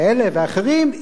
כאלה ואחרים,